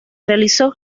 realizó